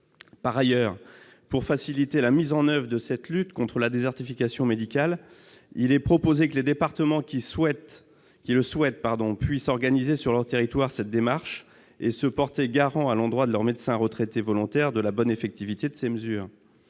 Par ailleurs, pour faciliter la mise en oeuvre de cette lutte contre la désertification médicale, nous proposons que les départements qui le souhaitent puissent organiser cette démarche sur leur territoire et se porter garants à l'endroit des médecins retraités volontaires de l'effectivité de ces mesures.